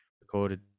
recorded